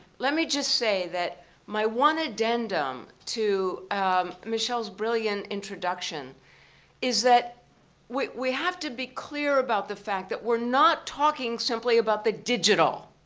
let me just say that my one addendum to michelle's brilliant introduction is that we have to be clear about the fact that we're not talking simply about the digital.